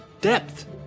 depth